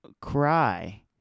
cry